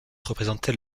représentait